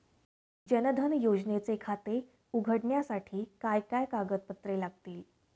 जनधन योजनेचे खाते उघडण्यासाठी काय काय कागदपत्रे लागतील?